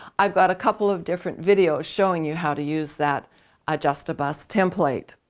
i've got a couple of different videos showing you how to use that adjust-a-bust template.